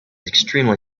extremely